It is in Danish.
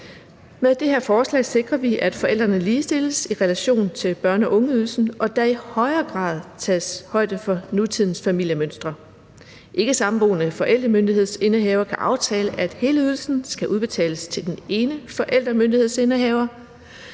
Med det her forslag sikrer vi, at forældrene ligestilles i relation til børne- og ungeydelsen, og at der i højere grad tages højde for nutidens familiemønstre. Ikkesamboende forældremyndighedsindehavere kan aftale, at hele ydelsen skal udbetales til den ene forældremyndighedsindehaver.